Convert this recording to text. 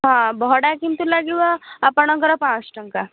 ହଁ ଭଡ଼ା କିନ୍ତୁ ଲାଗିବ ଆପଣଙ୍କର ପାଞ୍ଚଶହ ଟଙ୍କା